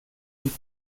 die